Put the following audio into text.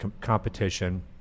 competition